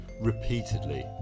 repeatedly